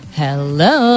hello